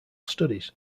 studies